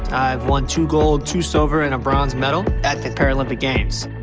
won two gold, two silver and a bronze medal at the paralympic games.